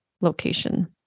location